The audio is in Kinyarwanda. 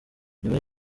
nyuma